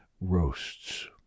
Roasts